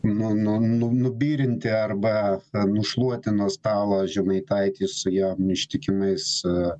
nu nu nu nubirinti arba nušluoti nuo stalo žemaitaitį jo ištikimais